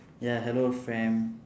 yeah hello fam